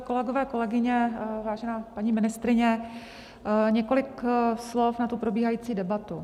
Kolegyně, kolegové, vážená paní ministryně, několik slov na probíhající debatu.